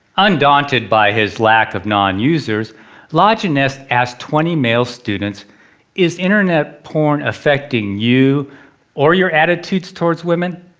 undaunted by his lack of non-users lajeunesse asked twenty male students is internet porn affecting you or your attitude towards women?